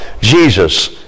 Jesus